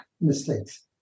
mistakes